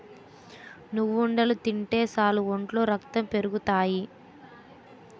నువ్వుండలు తింటే సాలు ఒంట్లో రక్తం పెరిగిపోతాయి